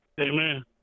amen